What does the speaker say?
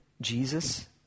Jesus